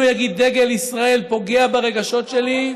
יגיד: דגל ישראל פוגע ברגשות שלי,